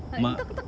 like ketuk ketuk